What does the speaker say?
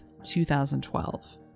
2012